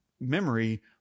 memory